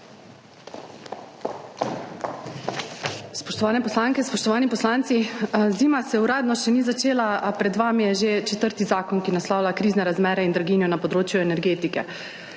Spoštovane poslanke, spoštovani poslanci! Zima se uradno še ni začela, a pred vami je že četrti zakon, ki naslavlja krizne razmere in blaginjo na področju energetike.